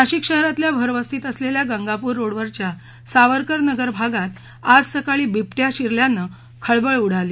नाशिक शहरातल्या भर वस्तीत असलेल्या गंगापूर रोडवरच्या सावरकर नगर भागात आज सकाळी बिबट्या शिरल्यानं खळबळ उडाली